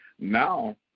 now